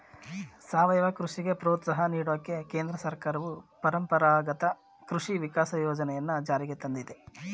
ಸಾವಯವ ಕೃಷಿಗೆ ಪ್ರೋತ್ಸಾಹ ನೀಡೋಕೆ ಕೇಂದ್ರ ಸರ್ಕಾರವು ಪರಂಪರಾಗತ ಕೃಷಿ ವಿಕಾಸ ಯೋಜನೆನ ಜಾರಿಗ್ ತಂದಯ್ತೆ